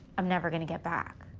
i'm never gonna get back.